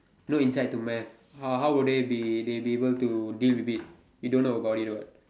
no insight to math how how would they they'll be able to deal with it you don't know about it what